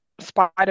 Spider